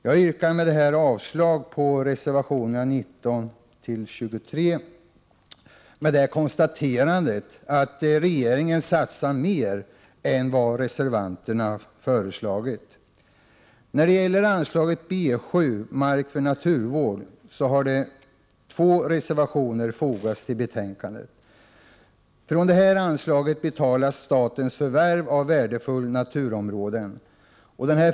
Jag yrkar avslag på reservationerna 19-23 med det konstaterandet att regeringen satsar mer än vad reservanterna föreslagit. När det gäller anslaget B7 Mark för naturvård har två reservationer fogats till betänkandet. Från detta anslag betalas statens förvärv av värdefulla naturområden.